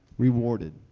rewarded